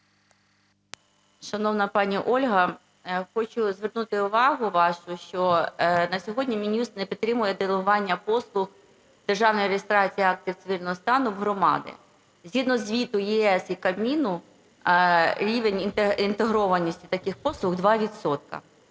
Шановна пані Ольга, хочу звернути увагу вашу, що на сьогодні Мін'юст не підтримує делегування послуг державної реєстрації актів цивільного стану в громади. Згідно звіту ЄС і Кабміну рівень інтегрованості таких послуг 2